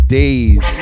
days